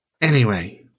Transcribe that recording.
Anyway-